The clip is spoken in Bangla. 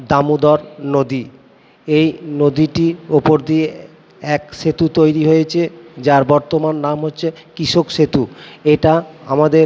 দামোদর নদী এই নদীটির ওপর দিয়ে এক সেতু তৈরি হয়েছে যার বর্তমান নাম হচ্ছে কৃষক সেতু এটা আমাদের